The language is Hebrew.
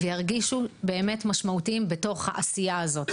הם ירגישו במאת משמעותיים בתוך העשייה הזאת.